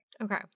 Okay